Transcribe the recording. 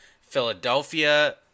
Philadelphia